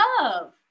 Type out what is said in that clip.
love